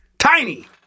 Tiny